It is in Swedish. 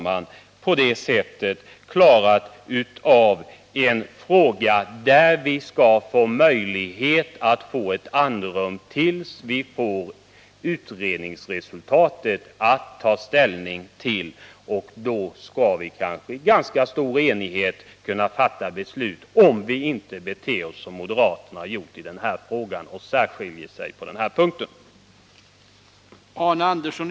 Genom denna åtgärd får vi nu Nr 149 möjlighet till ett andrum till dess att vi får ett utredningsresultat att ta Onsdagen den ställning till. Då kanske vi i ganska stor enighet skall kunna fatta ett beslut, i 21 maj 1980 varje fall om vi inte beter oss som moderaterna har gjort här genom attpå = förhand skilja ut sig i denna fråga. Förbud mot spridning av bekämpningsmedel över skogsmark